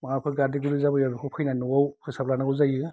माबाफोर गादेर गुदेर जाबोयोब्ला बेखौ फैनानै न'आव फोसाबना लानांगौ जायो